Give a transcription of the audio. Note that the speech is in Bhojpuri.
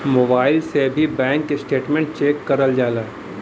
मोबाईल से भी बैंक स्टेटमेंट चेक करल जाला